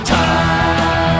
Time